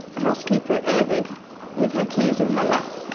the housekeeper at erddig with her keys in her lap.